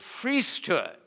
priesthood